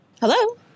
Hello